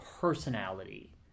Personality